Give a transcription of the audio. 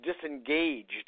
disengaged